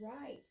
right